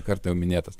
kartą jau minėtas